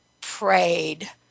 prayed